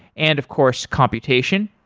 and of course computation.